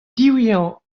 diwezhañ